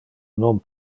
non